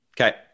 Okay